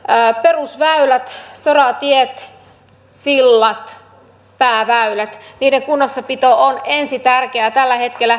perusväylät soratiet sillat pääväylät niiden kunnossapito on ensitärkeää tällä hetkellä